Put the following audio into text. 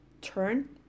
turn